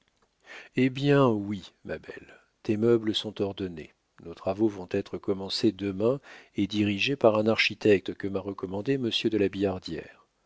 eh bien oui ma belle tes meubles sont ordonnés nos travaux vont être commencés demain et dirigés par un architecte que m'a recommandé monsieur de